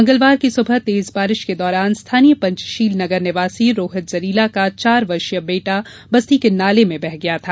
मंगलवार की सुबह तेज बारिश के दौरान स्थानीय पंचशील नगर निवासी रोहित जरीला का चार वर्षिय बेटा बस्ती के नाले में बह गया था